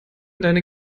deine